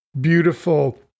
beautiful